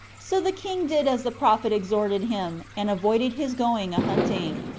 so the king did as the prophet exhorted him, and avoided his going a hunting.